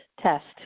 test